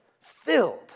filled